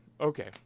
okay